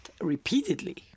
repeatedly